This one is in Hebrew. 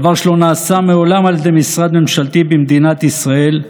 דבר שלא נעשה מעולם על ידי משרד ממשלתי במדינת ישראל,